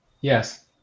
Yes